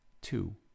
two